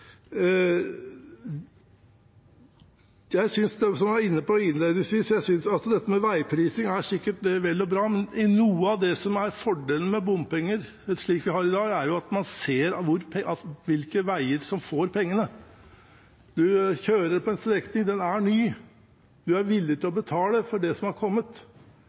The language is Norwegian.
jeg lyst til å si, som jeg var inne på innledningsvis, at veiprising er sikkert vel og bra, men noe av det som er fordelen med bompenger, slik vi har i dag, er at man ser hvilke veier som får pengene. En kjører på en strekning som er ny. En er villig til å betale for det som er kommet.